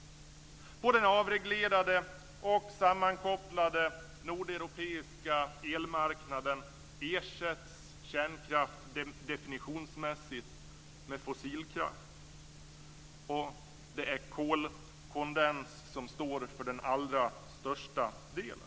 På den avreglerade och sammankopplade nordeuropeiska elmarknaden ersätts kärnkraft definitionsmässigt med fossilkraft. Det är kolkondens som står för den allra största delen.